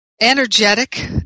energetic